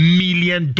million